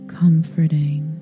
comforting